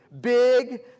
big